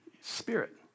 spirit